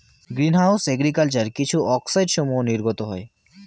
green house agriculture কিছু অক্সাইডসমূহ নির্গত হয়